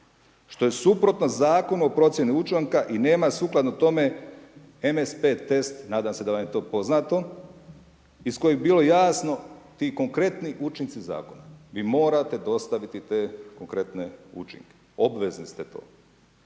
što je suprotno Zakonu o procjeni učinka i nema sukladno tome MSP test, nadam se da vam je to poznato, iz kojih bi bilo jasno ti konkretni učinci zakona. Vi morate dostaviti te konkretne učinke, obvezni ste to.